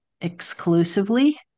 exclusively